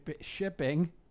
shipping